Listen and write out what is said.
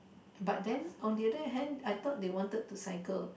but then on the other hand I thought they wanted to cycle